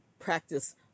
practice